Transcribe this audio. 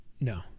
No